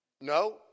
No